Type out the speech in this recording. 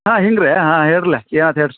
ಹಾಂ ಹಿಂಗ್ರಿ ಹಾಂ ಹೇಳ್ರಿಯಲ್ಲ ಏನು ಆತು ಹೇಳ್ರಿ